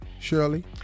Shirley